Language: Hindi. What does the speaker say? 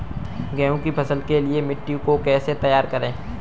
गेहूँ की फसल के लिए मिट्टी को कैसे तैयार करें?